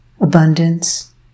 abundance